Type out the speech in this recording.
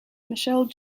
michelle